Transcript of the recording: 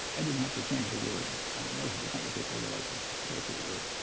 i didn't have to change a word. i mean, those are the kind of people you like to associate with.